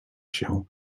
się